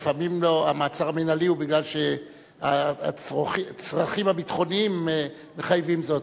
לפעמים מעצר מינהלי הוא בגלל הצרכים הביטחוניים שמחייבים זאת,